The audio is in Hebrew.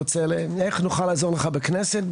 איך נוכל לעזור לך בכנסת?